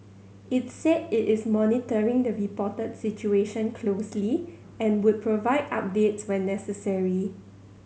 it said it is monitoring the reported situation closely and would provide updates when necessary